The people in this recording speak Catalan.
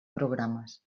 programes